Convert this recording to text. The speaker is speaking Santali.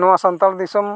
ᱱᱚᱣᱟ ᱥᱟᱱᱛᱟᱲ ᱫᱤᱥᱚᱢ